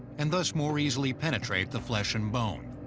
and thus more easily penetrate the flesh and bone.